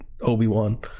Obi-Wan